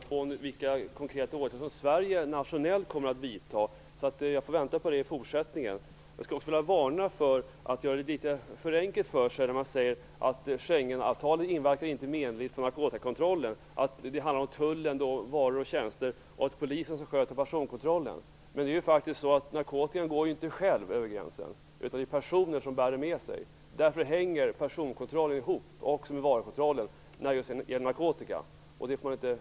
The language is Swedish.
Herr talman! Jag fick inget svar på frågan om vilka konkreta åtgärder Sverige nationellt kommer att vidta. Jag får vänta på det. Jag vill varna för att man gör det litet för enkelt för sig när man säger att Schengenavtalet inte inverkar menligt på narkotikakontrollen. Man säger att Tullen ansvarar för varor och tjänster, och att Polisen sköter personkontrollen. Men narkotikan går inte av sig själv över gränsen - det är personer som bär den med sig. Därför hänger personkontrollen ihop med varukontrollen när det gäller narkotika. Det får man inte bortse ifrån.